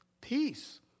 Peace